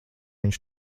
viņš